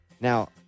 Now